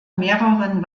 mehreren